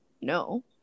No